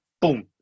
Boom